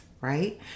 right